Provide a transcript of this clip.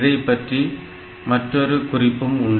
இதைப்பற்றி மற்றொரு குறிப்பும் உண்டு